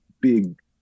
big